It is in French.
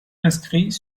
inscrits